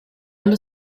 allo